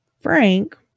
Frank